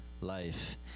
life